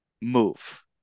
move